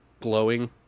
glowing